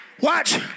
Watch